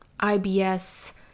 IBS